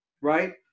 Right